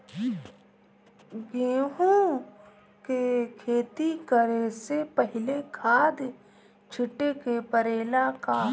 गेहू के खेती करे से पहिले खाद छिटे के परेला का?